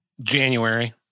January